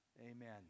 amen